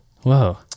Whoa